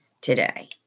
today